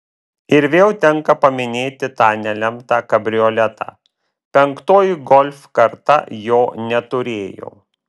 ir vėl tenka paminėti tą nelemtą kabrioletą penktoji golf karta jo neturėjo